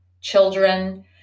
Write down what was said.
children